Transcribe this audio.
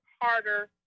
harder